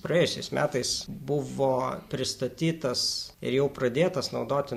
praėjusiais metais buvo pristatytas ir jau pradėtas naudoti